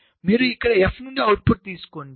మీరు ఇక్కడ f నుండి అవుట్పుట్ తీసుకోండి